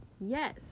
Yes